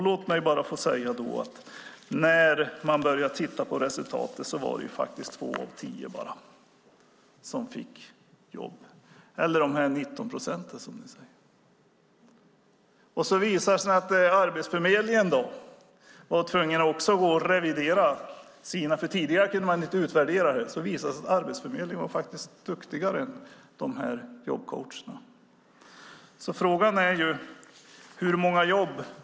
Låt mig därför nämna att när man tittade på resultatet var det faktiskt bara två av tio som fått jobb, eller de 19 procent som ni talar om. Arbetsförmedlingen var också tvungen att göra revideringar. Tidigare kunde man inte utvärdera det. Det visade sig att Arbetsförmedlingen var duktigare än jobbcoacherna. Hur många jobb blev det?